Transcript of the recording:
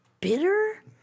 bitter